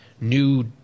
new